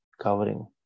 covering